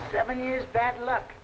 seven years bad luck